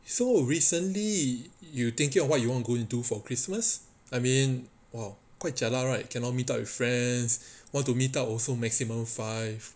so recently you thinking about what you want to go into for christmas I mean !wow! quite jialat right cannot meet up with friends want to meet up also maximum five